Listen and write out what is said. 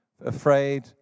afraid